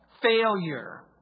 failure